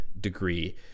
degree